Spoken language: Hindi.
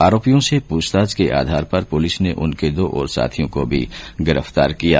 आरोपियों से पूछताछ के आधार पर पुलिस ने उनके दो और साथियों को भी गिरफ्तार किया है